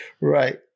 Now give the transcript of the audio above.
right